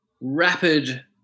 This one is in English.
rapid